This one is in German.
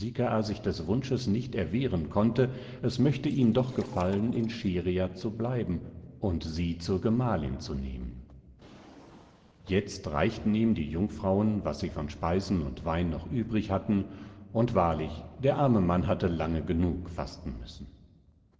sich des wunsches nicht erwehren konnte es möchte ihm doch gefallen in scheria zu bleiben und sie zur gemahlin zu nehmen jetzt reichten ihm die jungfrauen was sie von speisen und wein noch übrig hatten und wahrlich der arme mann hatte lange genug fasten müssen